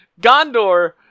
Gondor